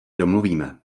domluvíme